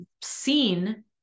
seen